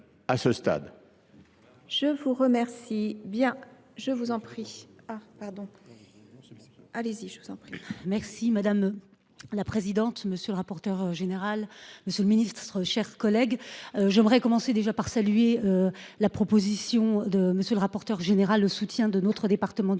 je vous remercie